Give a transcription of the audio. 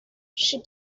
she